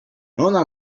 ona